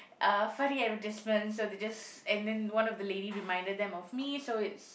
a funny advertisement so they just and then one of the lady reminded them of me so it's